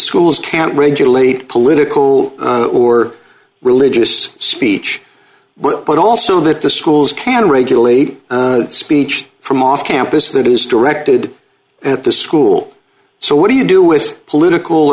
schools can't regulate political or religious speech but also that the schools can regulate speech from off campus that is directed at the school so what do you do with political